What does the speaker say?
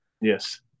Yes